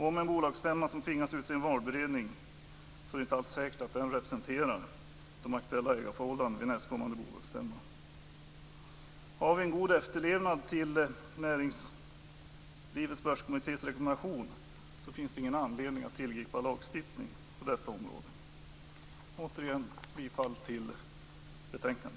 Om en bolagsstämma tvingas att utse en valberedning är det inte alls säkert att den representerar de aktuella ägarförhållandena vid nästkommande bolagsstämma. Om efterlevnaden av näringslivets börskommittés rekommendation är god, finns det ingen anledning att tillgripa lagstiftning på detta område.